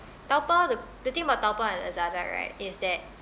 taobao the the thing about taobao and lazada right is that